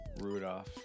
Rudolph